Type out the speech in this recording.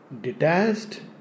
detached